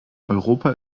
europa